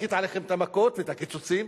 אנחית עליכם את המכות ואת הקיצוצים,